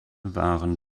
waren